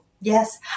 Yes